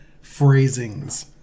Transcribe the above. phrasings